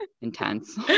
intense